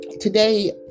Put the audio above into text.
today